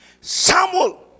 Samuel